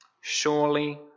Surely